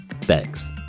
thanks